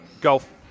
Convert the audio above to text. Golf